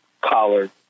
collar